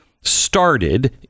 started